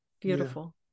Beautiful